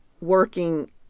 working